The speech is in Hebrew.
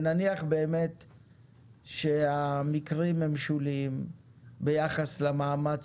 ונניח שבאמת המקרים הם שוליים ביחס למאמץ